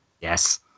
yes